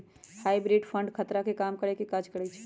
hybrid fund खतरा के कम करेके काज करइ छइ